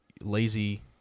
lazy